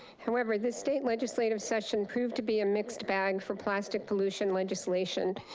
however, the state legislative session proved to be a mixed bag for plastic pollution legislation,